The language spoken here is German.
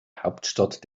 hauptstadt